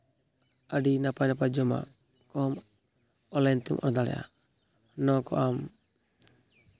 ᱟᱹᱰᱤ ᱱᱟᱯᱟᱭ ᱱᱟᱯᱟᱭ ᱡᱚᱢᱟᱜ ᱠᱚ ᱚᱱᱟᱭᱤᱱ ᱛᱮᱵᱚᱱ ᱚᱰᱟᱨ ᱫᱟᱲᱮᱭᱟᱜᱼᱟ ᱱᱚᱣᱟᱠᱚ ᱟᱢ